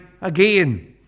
again